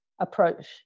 approach